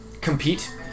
compete